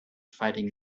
fighting